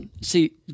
See